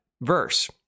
verse